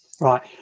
Right